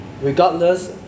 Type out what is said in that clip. regardless